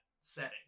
setting